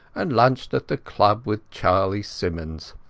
and lunched at the club with charlie symons.